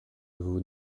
vous